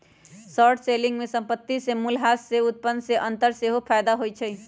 short selling में संपत्ति के मूल्यह्रास से उत्पन्न में अंतर सेहेय फयदा होइ छइ